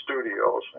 Studios